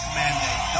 mandate